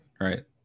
right